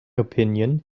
opinion